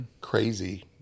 crazy